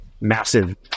massive